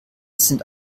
sind